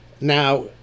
Now